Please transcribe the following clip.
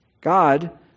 God